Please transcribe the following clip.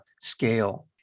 scale